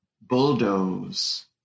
bulldoze